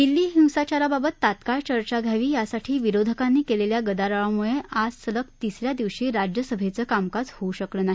दिल्ली हिंसाचाराबाबत तात्काळ चर्चा घ्यावी यासाठी विरोधकांनी केलेल्या गरारोळामुळे आज सलग तिस या दिवशी राज्यसभेचं कामकाज होऊ शकलं नाही